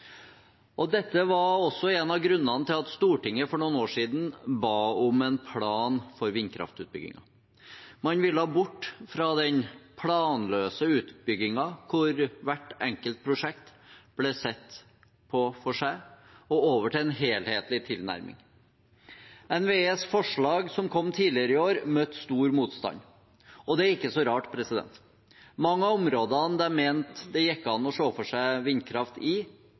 Dette var også en av grunnene til at Stortinget for noen år siden ba om en plan for vindkraftutbyggingen. Man ville bort fra den planløse utbyggingen, hvor hvert enkelt prosjekt ble sett på for seg, og over til en helhetlig tilnærming. NVEs forslag, som kom tidligere i år, møtte stor motstand, og det er ikke så rart. Mange av områdene de mente det gikk an å se for seg vindkraft i,